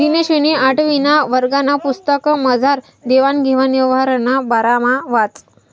दिनेशनी आठवीना वर्गना पुस्तकमझार देवान घेवान यवहारना बारामा वाचं